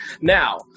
Now